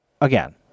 again